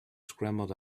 scrambled